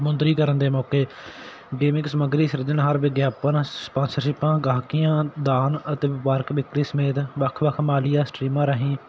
ਮੁਦਰੀਕਰਨ ਦੇ ਮੌਕੇ ਗੇਮਿੰਗ ਸਮੱਗਰੀ ਸਿਰਜਣਹਾਰ ਵਿਗਿਆਪਨ ਸਪੋਂਸਰਸ਼ਿਪਾਂ ਗਾਹਕੀਆਂ ਦਾਨ ਅਤੇ ਵਪਾਰਕ ਵਿਤਕਰੇ ਸਮੇਤ ਵੱਖ ਵੱਖ ਮਾਲੀਆ ਸਟ੍ਰੀਮਾਂ ਰਾਹੀਂ